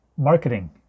marketing